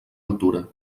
altura